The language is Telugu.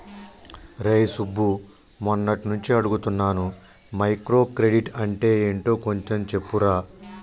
రేయ్ సుబ్బు, మొన్నట్నుంచి అడుగుతున్నాను మైక్రో క్రెడిట్ అంటే యెంటో కొంచెం చెప్పురా